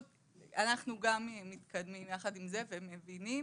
- -אנחנו גם מתקדמים יחד עם זה ומבינים,